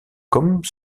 comme